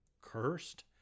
cursed